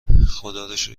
خداروشکر